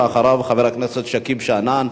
אחריו, חבר הכנסת שכיב שנאן.